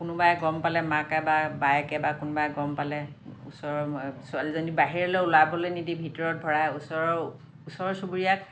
কোনোবাই গম পালে মাকে বা বায়েকে বা কোনোবাই গম পালে ওচৰৰ ছোৱালীজনী বাহিৰলৈ ওলাবলৈ নিদি ভিতৰত ভৰাই ওচৰৰ ওচৰ চুবুৰীয়াক